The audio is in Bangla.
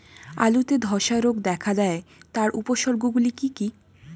আলুতে ধ্বসা রোগ দেখা দেয় তার উপসর্গগুলি কি কি?